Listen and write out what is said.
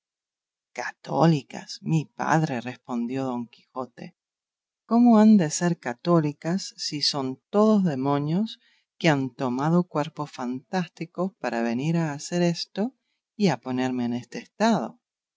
católicas mi padre respondió don quijote cómo han de ser católicas si son todos demonios que han tomado cuerpos fantásticos para venir a hacer esto y a ponerme en este estado